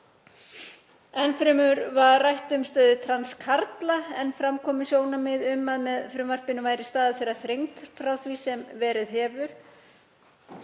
Enn fremur var rætt um stöðu trans karla en fram komu sjónarmið um að með frumvarpinu væri staða þeirra þrengd frá því sem verið hefur.